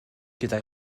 gyda